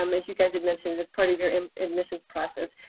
um as you guys had mentioned it, as part of your admissions process,